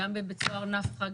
גם בבית סוהר נפחא,